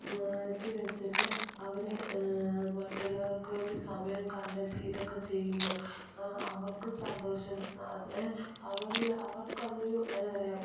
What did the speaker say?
മാറ്റിവെച്ചിട്ട് അവർ മറ്റുള്ളവർക്ക് വേണ്ടി സമയം കണ്ടെത്തി ഇതൊക്കെ ചെയ്യുമ്പോൾ അവർക്ക് സന്തോഷം അവർക്ക് അതൊരു എന്നാ പറയ